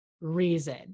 reason